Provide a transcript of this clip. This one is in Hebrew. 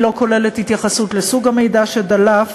היא לא כוללת התייחסות לסוג המידע שדלף,